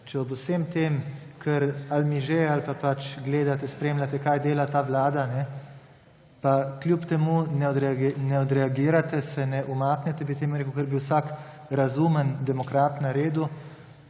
če ob vsem tem ali miže ali pa pač gledate, spremljate, kaj dela ta vlada, pa kljub temu ne odreagirate, se ne umaknete pri tem, kar bi vsak razumen demokrat naredil,